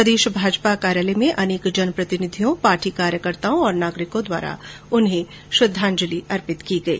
प्रदेश भाजपा कार्यालय में अनेक जनप्रतिनिधियों पार्टी कार्यकर्ताओं और नागरिकों द्वारा उन्हें श्रद्वाजंलि अर्पित की गई